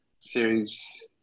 series